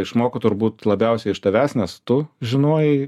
išmoko turbūt labiausiai iš tavęs nes tu žinojai